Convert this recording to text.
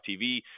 TV